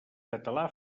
català